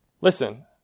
listen